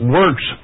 works